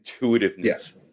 intuitiveness